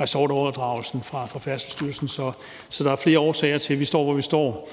ressortoverdragelsen til Færdselsstyrelsen. Så der er flere årsager til, at vi står, hvor vi står.